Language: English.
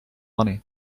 money